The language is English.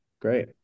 Great